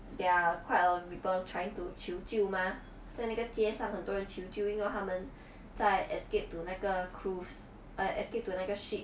there are quite a lot of people trying to 求救 mah 在那个街上很多人求救因为他们在 escaped to 那个 cruise like escaped to 那个 ship